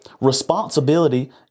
Responsibility